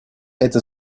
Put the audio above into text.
это